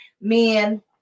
Men